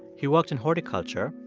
he worked in horticulture,